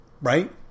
Right